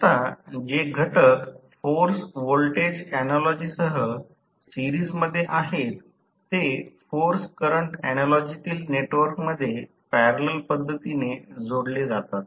आता जे घटक फोर्स व्होल्टेज ऍनालॉजीसह सिरीसमध्ये आहेत ते फोर्स करंट ऍनालॉजीतील नेटवर्कमध्ये पॅरलल पद्धतीने जोडले जातात